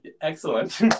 Excellent